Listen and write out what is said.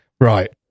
Right